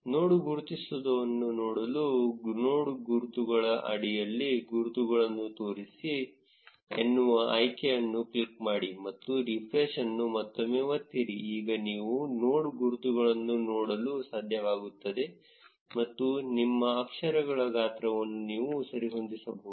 ನೋಡ್ ಗುರುತಿಸುವುದನ್ನು ನೋಡಲು ನೋಡ್ ಗುರುತುಗಳ ಅಡಿಯಲ್ಲಿ ಗುರುತುಗಳನ್ನು ತೋರಿಸಿ ಎನ್ನುವ ಆಯ್ಕೆಯನ್ನು ಕ್ಲಿಕ್ ಮಾಡಿ ಮತ್ತು ರಿಫ್ರೆಶ್ ಅನ್ನು ಮತ್ತೊಮ್ಮೆ ಒತ್ತಿರಿ ಈಗ ನೀವು ನೋಡ್ ಗುರುತುಗಳನ್ನು ನೋಡಲು ಸಾಧ್ಯವಾಗುತ್ತದೆ ಮತ್ತು ನಿಮ್ಮ ಅಕ್ಷರಗಳ ಗಾತ್ರವನ್ನು ನೀವು ಸರಿಹೊಂದಿಸಬಹುದು